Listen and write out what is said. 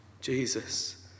Jesus